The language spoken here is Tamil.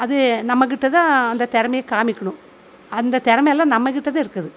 அது நம்மகிட்டதான் அந்த திறமைய காமிக்கணும் அந்த திறமைல்லாம் நம்மகிட்டதான் இருக்குது